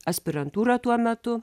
aspirantūrą tuo metu